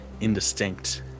indistinct